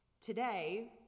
Today